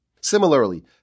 Similarly